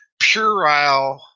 puerile